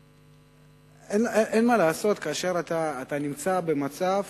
אין מה לעשות, כאשר אתה נמצא במצב